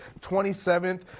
27th